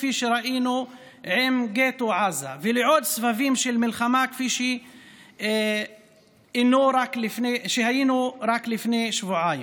כפי שראינו עם גטו עזה ועוד סבבים של מלחמה כפי שהיו רק לפני שבועיים.